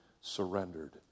surrendered